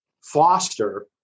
foster